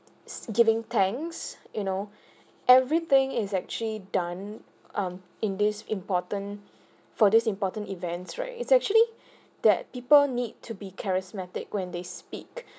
s~ giving thanks you know everything is actually done um in this important for this important events right it's actually that people need to be charismatic when they speak